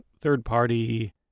third-party